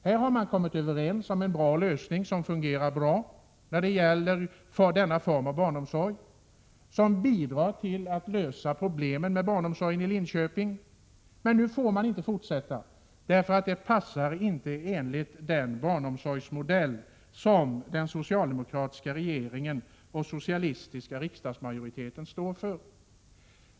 Här har man kommit överens om en bra lösning som fungerar bra och som bidrar till att lösa problemen med barnomsorgen i Linköping. Nu får man inte fortsätta, för denna lösning passar inte enligt den barnomsorgsmodell som den socialdemokratiska regeringen och den socialistiska riksdagsmajoriteten står för.